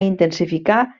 intensificar